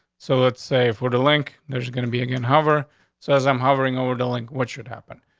so let's say for the link there's gonna be again. hover says i'm hovering over dooling. what should happen?